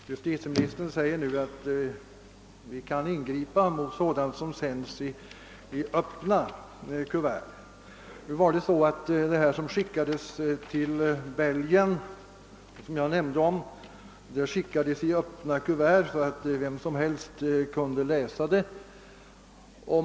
Herr talman! Justitieministern säger nu att vi kan ingripa mot sådant som sändes i öppna kuvert. De försändelser till Belgien som jag nämnde om skickades i öppna kuvert, så att vem som helst kunde läsa dem.